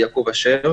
יעקב אשר.